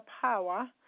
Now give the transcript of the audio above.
power